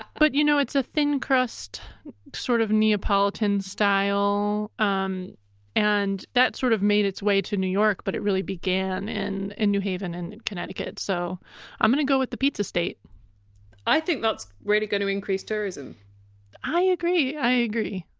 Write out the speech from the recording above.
but you know it's a thin-crust sort of neapolitan style um and that sort of made its way to new york, but it really began in in new haven in connecticut. so i'm going to go with the pizza state i think that's really going to increase tourism i agree. i agree